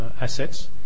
assets